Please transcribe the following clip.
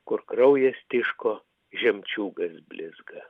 kur kraujas tiško žemčiūgas blizga